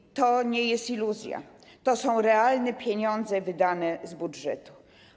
I to nie jest iluzja, to są realne pieniądze wydane z budżetu.